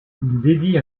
dédie